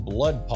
Blood